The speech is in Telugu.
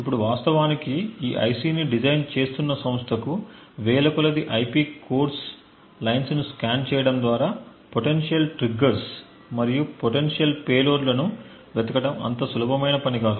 ఇప్పుడు వాస్తవానికి ఈ ఐసిని డిజైన్ చేస్తున్న సంస్థకు వేలకొలది ఐపి కోర్స్ లైన్స్ ను స్కాన్ చేయడం ద్వారా పొటెన్షియల్ ట్రిగ్గర్స్ మరియు పొటెన్షియల్ పేలోడ్లను వెతకడం అంత సులభమైన పని కాదు